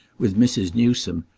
with mrs. newsome,